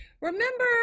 remember